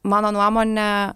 mano nuomone